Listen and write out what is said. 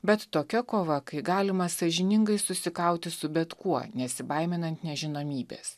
bet tokia kova kai galima sąžiningai susikauti su bet kuo nesibaiminant nežinomybės